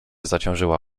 zaciążyła